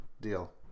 deal